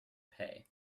pay